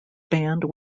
band